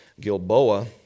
Gilboa